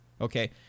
Okay